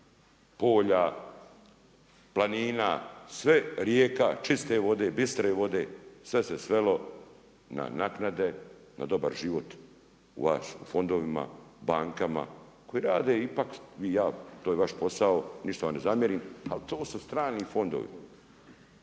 polja, planina, sve, rijeka, čiste vode, bistre vode, sve se svelo na naknade, na dobar život u fondovima, bankama koji rade ipak, to je vaš posao ništa vam ne zamjerim, ali to su strani fondovi.